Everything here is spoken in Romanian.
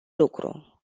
lucru